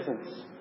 presence